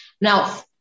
Now